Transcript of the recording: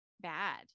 bad